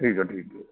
ਠੀਕ ਹੈ ਠੀਕ ਹੈ